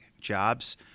jobs